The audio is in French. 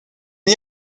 n’y